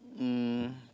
um